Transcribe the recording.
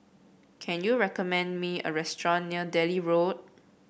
can you recommend me a restaurant near Delhi Road